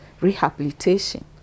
rehabilitation